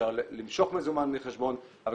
אפשר למשוך מזומן מחשבון, אבל